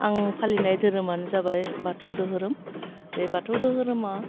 आं फालिनाय धोरोमानो जाबाय बाथौ दोहोरोम बे बाथौ दोहोरोमा